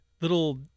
little